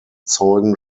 zeugen